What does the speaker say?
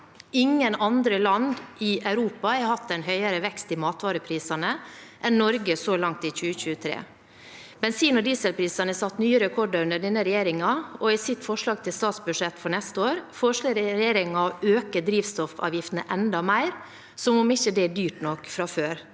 Ingen andre land i Europa har hatt en høyere vekst i matvareprisene enn Norge så langt i 2023. Bensin- og dieselprisene har satt nye rekorder under denne regjeringen, og i sitt forslag til statsbudsjett for neste år foreslår regjeringen å øke drivstoffavgiftene enda mer – som om ikke det er dyrt nok fra før